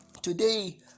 Today